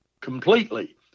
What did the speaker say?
completely